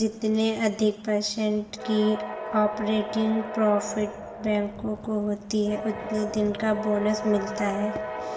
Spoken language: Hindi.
जितने अधिक पर्सेन्ट की ऑपरेटिंग प्रॉफिट बैंकों को होती हैं उतने दिन का बोनस मिलता हैं